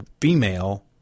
female